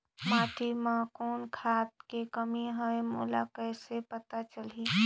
माटी मे कौन खाद के कमी हवे मोला कइसे पता चलही?